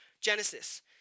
Genesis